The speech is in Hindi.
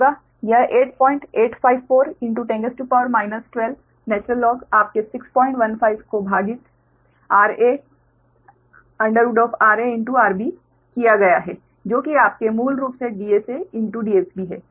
यह 8854 10 12 ln आपके 615 को भागित rA rArB किया गया है जो कि आपके मूल रूप से DSA DSB है